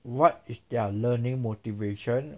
what is their learning motivation